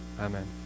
amen